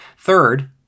Third